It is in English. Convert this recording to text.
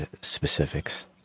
specifics